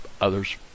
others